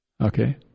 Okay